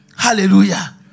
Hallelujah